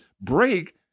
break